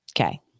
Okay